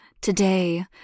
Today